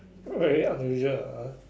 very unusual ah